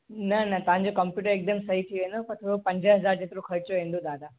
न न तव्हां जो कंप्यूटर एकदम सही थी वेंदो पर थोरो पंज हज़ार जेतिरो ख़र्चो ईंदो दादा